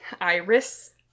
Iris